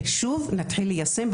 ושוב נתחיל ליישם,